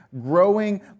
growing